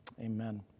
Amen